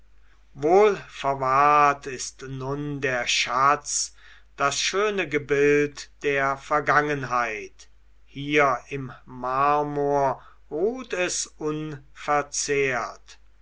wohl verwahrt ist nun der schatz das schöne gebild der vergangenheit hier im marmor ruht es unverzehrt